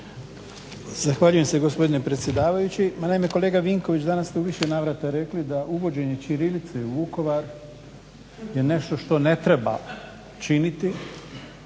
Zahvaljujem se gospodine predsjedajući. Ma naime kolega Vinković, danas ste u više navrata rekli da uvođenje ćirilice u Vukovar je nešto što ne treba činiti.